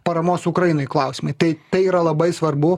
paramos ukrainai klausimai tai tai yra labai svarbu